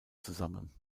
zusammen